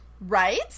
Right